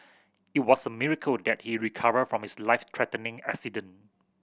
it was a miracle that he recovered from his life threatening accident